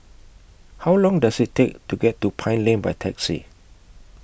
How Long Does IT Take to get to Pine Lane By Taxi